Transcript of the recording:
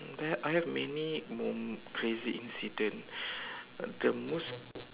there I have many mom~ crazy incident uh the most